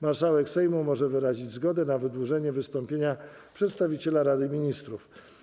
Marszałek Sejmu może wyrazić zgodę na wydłużenie wystąpienia przedstawiciela Rady Ministrów.